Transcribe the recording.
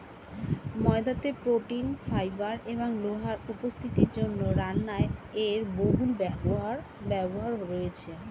ময়দাতে protein, fibre এবং লোহার উপস্থিতির জন্য রান্নায় এর বহুল ব্যবহার রয়েছে